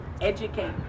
educate